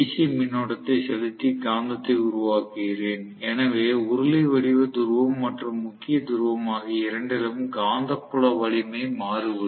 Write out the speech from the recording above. C மின்னோட்டத்தை செலுத்தி காந்தத்தை உருவாக்குகிறேன் எனவே உருளை வடிவ துருவம் மற்றும் முக்கிய துருவம் ஆகிய இரண்டிலும் காந்தப்புல வலிமை மாறுபடும்